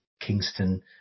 kingston